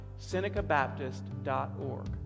SenecaBaptist.org